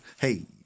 Hey